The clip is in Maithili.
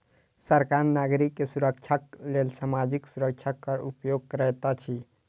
सरकार नागरिक के सुरक्षाक लेल सामाजिक सुरक्षा कर उपयोग करैत अछि